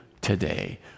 today